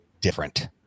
different